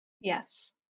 Yes